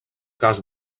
cas